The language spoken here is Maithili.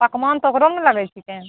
पकमान तऽ ओकरोमे ने लगै छिकै